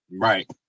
Right